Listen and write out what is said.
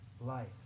life